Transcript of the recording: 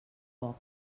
poc